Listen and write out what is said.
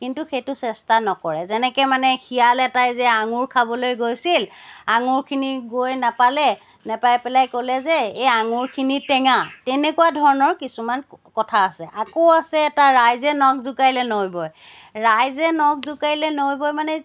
কিন্তু সেইটো চেষ্টা নকৰে যেনেকৈ মানে শিয়াল এটাই যে আঙুৰ খাবলৈ গৈছিল আঙুৰখিনি গৈ নাপালে নাপাই পেলাই ক'লে যে এই আঙুৰখিনি টেঙা তেনেকুৱা ধৰণৰ কিছুমান কথা আছে আকৌ আছে এটা ৰাইজে নখ জোকাৰিলে নৈ বয় ৰাইজে নখ জোকাৰিলে নৈ বয় মানে